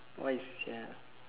why sia